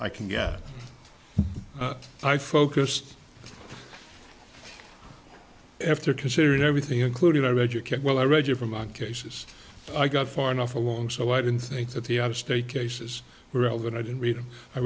i can get i focused after considering everything including i read your kick well i read you from on cases i got far enough along so i didn't think that the out of state cases were all going i didn't read them i